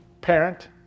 parent